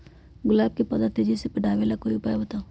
गुलाब के पौधा के तेजी से बढ़ावे ला कोई उपाये बताउ?